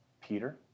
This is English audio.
Peter